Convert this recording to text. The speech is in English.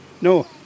No